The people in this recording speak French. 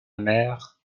mère